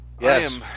yes